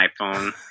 iPhone